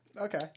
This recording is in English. Okay